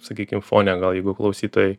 sakykim fone gal jeigu klausytojai